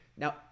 Now